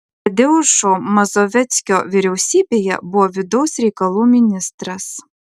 tadeušo mazoveckio vyriausybėje buvo vidaus reikalų ministras